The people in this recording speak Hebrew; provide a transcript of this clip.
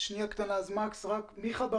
מיכה בר